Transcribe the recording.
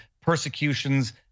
persecutions